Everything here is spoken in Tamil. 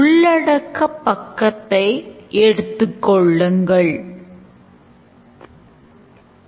இப்போதுகொடுக்கப்பட்டுள்ள problem descriptionக்கு use caseகளை எவ்வாறு அடையாளம் காண்பது